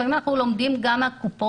לפעמים אנחנו לומדים גם מהקופות,